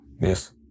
Yes